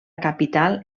capital